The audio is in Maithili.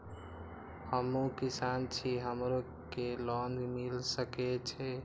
हमू किसान छी हमरो के लोन मिल सके छे?